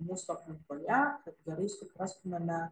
mūsų galvoje gerai suprastumėme